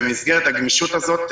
במסגרת הגמישות הזאת,